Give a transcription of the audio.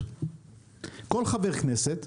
אני לא יכולה שלא לראות את האדישות של שרת התחבורה,